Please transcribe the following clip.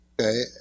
Okay